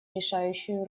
решающую